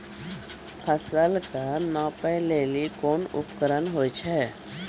फसल कऽ नापै लेली कोन उपकरण होय छै?